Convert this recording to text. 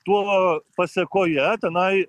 tuo pasekoje tenai